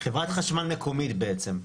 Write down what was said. חברת חשמל מקומית בעצם.